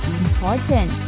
important